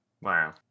Wow